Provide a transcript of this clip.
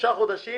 שלושה חודשים